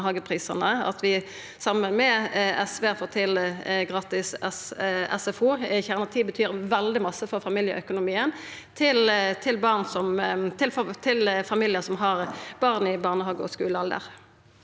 at vi saman med SV har fått til gratis SFO i kjernetida, betyr veldig mykje for familieøkonomien til familiar som har barn i barnehage- og skulealder.